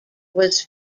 was